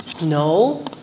No